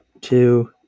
two